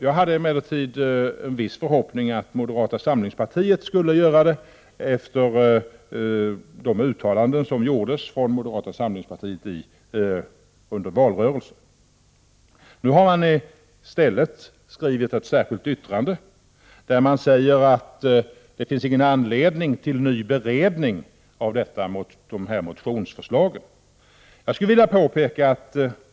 Jag hade emellertid en viss förhoppning om att moderata samlingspartiet skulle göra det efter de uttalanden som gjordes från moderaterna under valrörelsen. Nu har man i stället skrivit ett särskilt yttrande där man säger att det inte finns någon anledning till en ny beredning av motionsförslagen.